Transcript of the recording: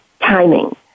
timing